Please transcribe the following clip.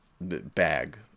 bag